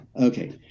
Okay